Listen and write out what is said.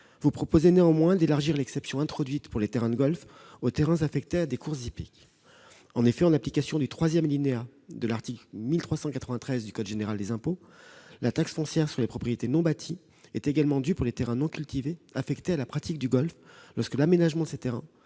Vous proposez néanmoins d'élargir l'exception introduite pour les terrains de golf aux terrains affectés à des courses hippiques. En effet, en application du troisième alinéa de l'article 1393 du code général des impôts, la TFPNB est également due pour les terrains non cultivés affectés à la pratique du golf, lorsque l'aménagement de ces terrains